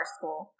School